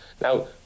Now